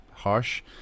Harsh